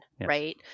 Right